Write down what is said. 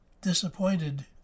disappointed